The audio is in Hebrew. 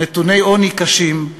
נתוני עוני קשים,